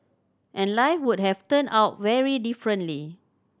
and life would have turned out very differently